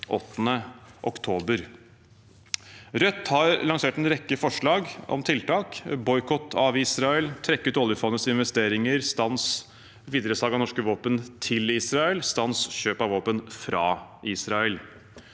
8. oktober. Rødt har lansert en rekke forslag om tiltak: boikott av Israel, trekke ut oljefondets investeringer, stans av videresalg av norske våpen til Israel, stans av kjøp av våpen fra Israel.